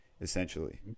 essentially